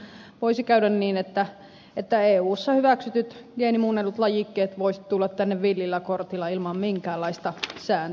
muutenhan voisi käydä niin että eussa hyväksytyt geenimuunnellut lajikkeet voisivat tulla tänne villillä kortilla ilman minkäänlaista sääntelyä